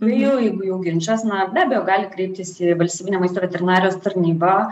nu jau jeigu jau ginčas na be abejo galit kreiptis į valstybinę maisto veterinarijos tarnybą